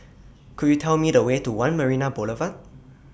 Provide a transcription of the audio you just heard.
Could YOU Tell Me The Way to one Marina Boulevard